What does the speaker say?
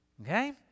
okay